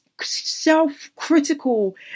self-critical